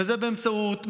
וזה באמצעות מענה,